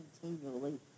continually